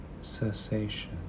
Cessation